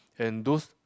and those